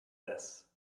this